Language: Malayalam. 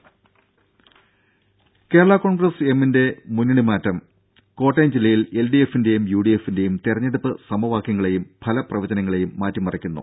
ദേദ കേരളാ കോൺഗ്രസ് എം ന്റെ മുന്നണി മാറ്റം കോട്ടയം ജില്ലയിൽ എൽഡിഎഫിന്റേയും യുഡിഎഫിന്റേയും തെരഞ്ഞെടുപ്പ് സമവാക്യങ്ങളേയും ഫലപ്രവചനങ്ങളേയും മാറ്റിമറിക്കുന്നു